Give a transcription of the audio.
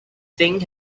thing